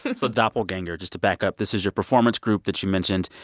um so doppelganger, just to back up, this is your performance group that you mentioned.